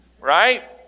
right